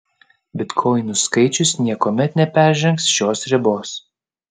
bitkoinų skaičius niekuomet neperžengs šios ribos